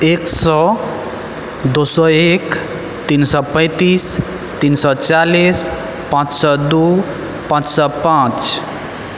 एक सए दो सए एक तीन सए पैंतीस तीन सए चालीस पाँच सए दू पाँच सए पाँच